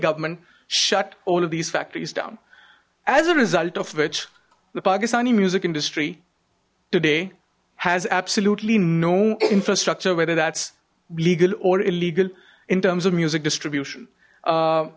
government shut all of these factories down as a result of which the pakistani music industry today has absolutely no infrastructure whether that's legal or illegal in terms of music distribution